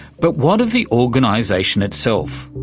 but what of the organisation itself,